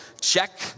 check